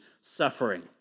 suffering